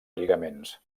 lligaments